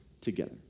together